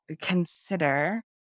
consider